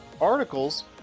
articles